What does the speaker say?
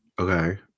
okay